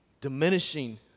Diminishing